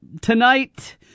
Tonight